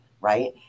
right